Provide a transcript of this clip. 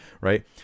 right